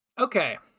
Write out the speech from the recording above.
Okay